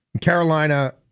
Carolina